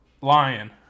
lion